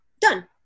done